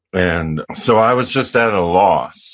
and so i was just at a loss